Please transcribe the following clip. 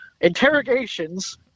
interrogations